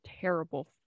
terrible